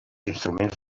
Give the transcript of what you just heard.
instruments